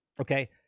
okay